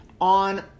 on